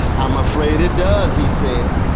i'm afraid it does, he said.